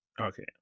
Okay